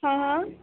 हां हां